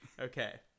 okay